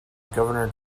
governor